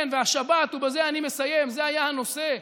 כן, והשבת, ובזה אני מסיים, זה היה הנושא: